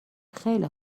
خیلی